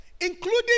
including